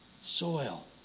soil